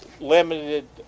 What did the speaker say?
limited